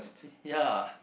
ya